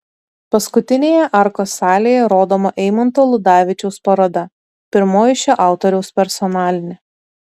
paskutinėje arkos salėje rodoma eimanto ludavičiaus paroda pirmoji šio autoriaus personalinė